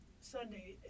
sunday